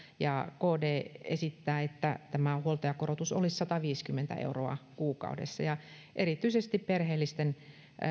ja kd esittää että tämä huoltajakorotus olisi sataviisikymmentä euroa kuukaudessa erityisesti perheellisten